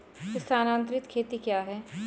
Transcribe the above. स्थानांतरित खेती क्या है?